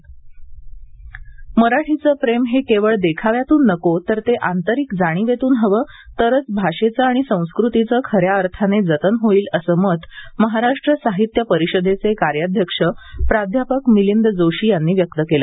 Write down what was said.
साहित्य परिषद मराठीच प्रेम हे केवळ देखाव्यातून नको तर ते आंतरिक जाणिवेतून हवं तरच भाषेचं आणि संस्कृतीचं खऱ्या अर्थाने जतन होईल असं मत महाराष्ट्र साहित्य परिषदेचे कार्याध्यक्ष प्राध्यापक मिलिंद जोशी यांनी व्यक्त केलं